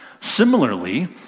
Similarly